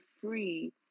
free